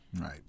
Right